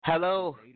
hello